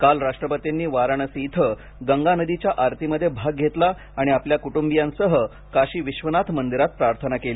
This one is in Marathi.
काल राष्ट्रपतींनी वाराणसी येथे गंगा नदीच्या आरतीमध्ये भाग घेतला आणि आपल्या कुटुंबीयांसह काशी विश्वनाथ मंदिरात प्रार्थना केली